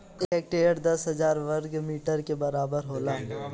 एक हेक्टेयर दस हजार वर्ग मीटर के बराबर होला